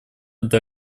для